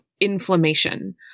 inflammation